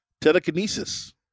Telekinesis